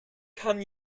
kann